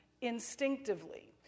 instinctively